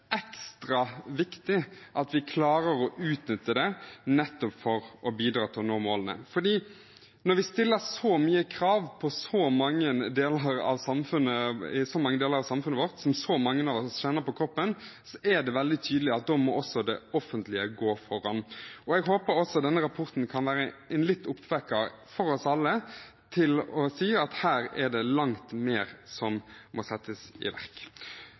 krav i så mange deler av samfunnet vårt som så mange av oss kjenner på kroppen, er det veldig tydelig at da må det offentlige gå foran. Jeg håper også denne rapporten kan være en liten oppvekker for oss alle til å si at her er det langt mer som må settes i verk.